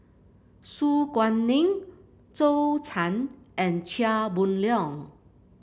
Su Guaning Zhou Can and Chia Boon Leong